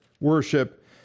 worship